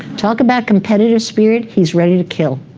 talk about competitive spirit. he's ready to kill.